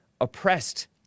oppressed